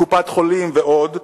קופת-חולים ועוד,